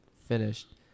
finished